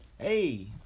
Hey